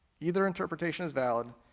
either interpretation is valid,